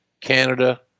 Canada